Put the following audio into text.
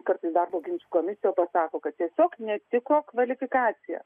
kartais darbo ginčų komisija pasako kad tiesiog netiko kvalifikacija